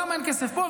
למה אין כסף פה?